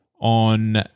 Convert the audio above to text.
on